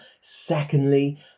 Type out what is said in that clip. Secondly